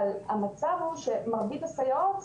אבל המצב הוא שמרבית הסייעות,